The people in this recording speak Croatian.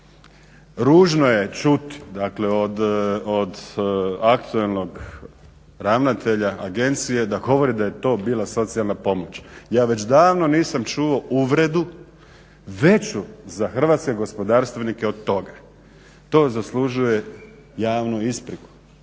Ružno je čuti, dakle od aktualnog ravnatelja agencije da govori da je to bila socijalna pomoć. Ja već davno nisam čuo uvredu veću za hrvatske gospodarstvenike od toga. To zaslužuje javnu ispriku.